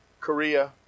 Korea